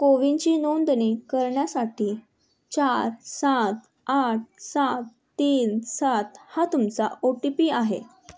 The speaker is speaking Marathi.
कोविनची नोंदणी करण्यासाठी चार सात आठ सात तीन सात हा तुमचा ओ टी पी आहे